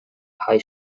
high